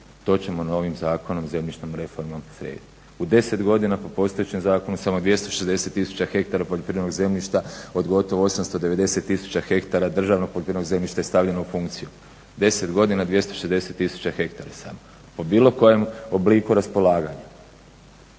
To ćemo novim zakonom, zemljišnom reformom srediti. U deset godina po postojećem zakonu samo 260 tisuća hektara poljoprivrednog zemljišta od gotovo 890 tisuća hektara državnog poljoprivrednog zemljišta je stavljeno u funkciju, 10 godina 260 tisuća hektara. U bilo kojem obliku raspolaganja,